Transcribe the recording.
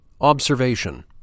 Observation